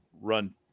run